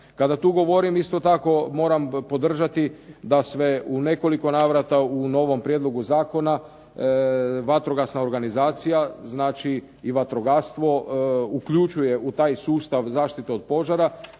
Kada tu govorim isto tako moram podržati da se u nekoliko navrata u novom Prijedlogu zakona vatrogasna organizacija, znači i vatrogastvo uključuje u taj sustav zaštite od požara